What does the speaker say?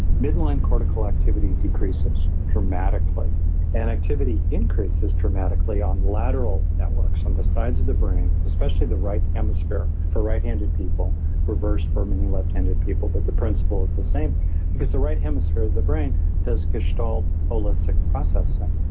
midline cortical activity decreases dramatically and activity increases dramatically on lateral networks, on the sides of the brain, especially the right atmosphere for right-handed people reversed for many left-handed people, but the principle is the same because the right hemisphere of the brain does gestalt holistic processing,